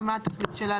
מה התכלית שלה?